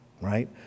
right